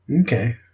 Okay